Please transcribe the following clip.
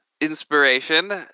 inspiration